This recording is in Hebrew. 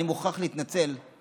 אני מוכרח להתנצל,